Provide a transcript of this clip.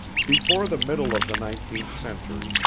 before the middle of the nineteenth century,